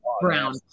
brown